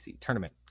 tournament